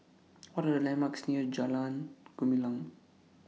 What Are The landmarks near Jalan Gumilang